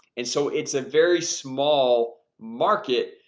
and so it's a very small market,